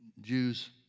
Jews